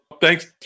thanks